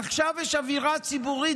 עכשיו יש אווירה ציבורית,